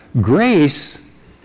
Grace